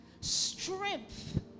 strength